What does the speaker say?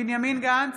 בנימין גנץ,